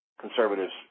Conservatives